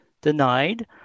denied